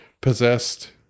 possessed